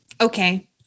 Okay